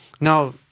Now